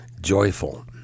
joyful